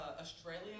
Australia